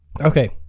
Okay